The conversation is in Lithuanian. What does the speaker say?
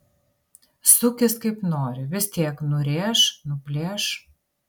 sukis kaip nori vis tiek nurėš nuplėš